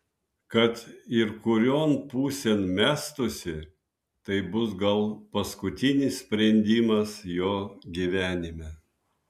kad ir kurion pusėn mestųsi tai bus gal paskutinis sprendimas jo gyvenime